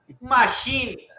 machine